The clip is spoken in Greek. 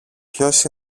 ποιος